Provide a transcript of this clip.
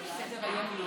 אני כבר מסיים.